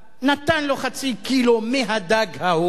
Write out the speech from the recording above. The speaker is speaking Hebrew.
נתן לו חצי קילו מהדג ההוא,